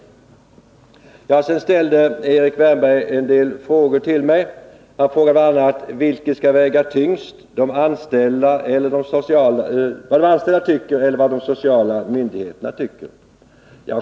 Erik Wärnberg ställde en del frågor till mig, bl.a. denna: Vilket skall väga tyngst, vad de anställda tycker eller vad de sociala myndigheterna tycker?